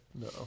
No